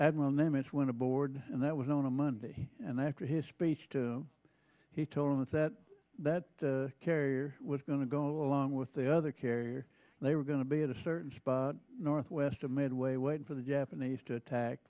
admiral nimitz went aboard and that was on a monday and after his speech to he told us that that carrier was going to go along with the other carrier they were going to be at a certain spot northwest of midway waiting for the japanese to attack